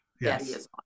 yes